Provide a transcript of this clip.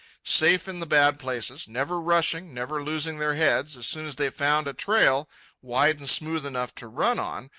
safe in the bad places, never rushing, never losing their heads, as soon as they found a trail wide and smooth enough to run on,